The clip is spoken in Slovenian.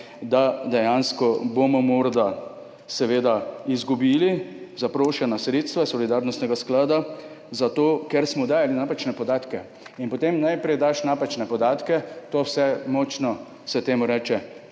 dejansko morda izgubili zaprošena sredstva iz Solidarnostnega sklada, zato ker smo dajali napačne podatke. In potem najprej daš napačne podatke, to vse močno, se temu reče,